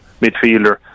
midfielder